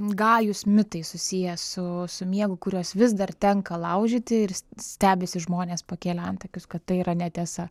gajūs mitai susiję su miegu kurios vis dar tenka laužyti ir stebisi žmonės pakėlę antakius kad tai yra netiesa